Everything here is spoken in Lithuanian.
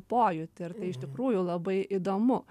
pojūtį ir tai iš tikrųjų labai įdomu